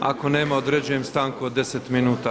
Ako nema određujem stanku od 10 minuta.